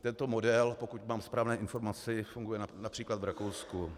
Tento model, pokud mám správné informace, funguje například v Rakousku.